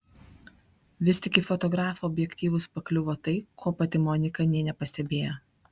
vis tik į fotografų objektyvus pakliuvo tai ko pati monika nė nepastebėjo